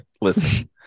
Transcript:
listen